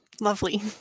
Lovely